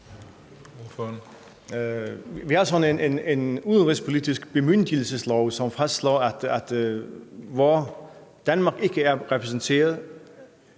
sådan en udenrigspolitisk bemyndigelseslov, som fastslår, at hvor Danmark ikke er repræsenteret